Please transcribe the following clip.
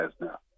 now